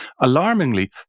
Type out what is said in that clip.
Alarmingly